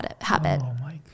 habit